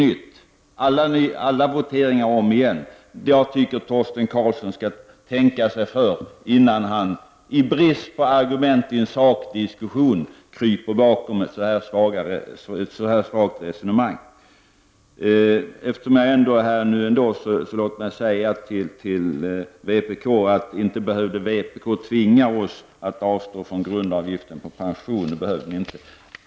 Jag tycker att Torsten Karlsson skall tänka sig för innan han i brist på argument i en sakdiskussion kryper bakom ett så svagt resonemang. Låt mig, eftersom jag ändå har ordet, säga till vpk att inte behövde vpk tvinga oss att avstå från grundavgiften på pension — det behövde ni inte.